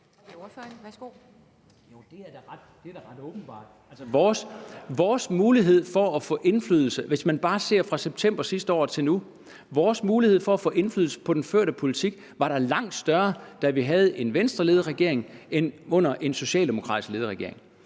vores mulighed for at få indflydelse på den førte politik da langt større, da vi havde en Venstreledet regering end nu under en socialdemokratisk ledet regering.